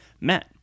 met